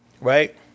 right